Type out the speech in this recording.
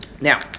Now